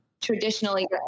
traditionally